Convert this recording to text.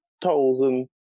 thousand